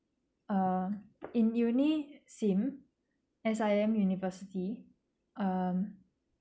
uh in uni SIM S_I_M university um